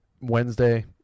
Wednesday